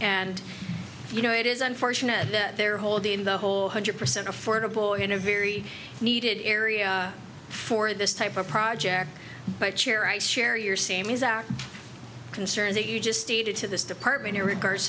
and you know it is unfortunate that they're holding the whole hundred percent affordable in a very needed area for this type of project but your i share your same is our concern that you just stated to this department in regards